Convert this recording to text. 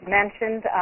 mentioned